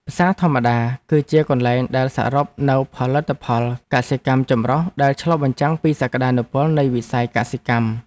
ផ្សារធម្មតាគឺជាកន្លែងដែលសរុបនូវផលិតផលកសិកម្មចម្រុះដែលឆ្លុះបញ្ចាំងពីសក្ដានុពលនៃវិស័យកសិកម្ម។